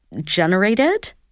generated